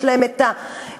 יש להם את המבנים,